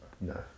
No